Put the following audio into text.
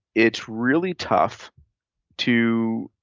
it's really tough to